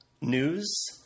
news